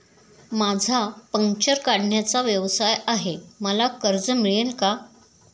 माझा पंक्चर काढण्याचा व्यवसाय आहे मला कर्ज मिळेल का?